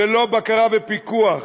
ללא בקרה ופיקוח?